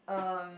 um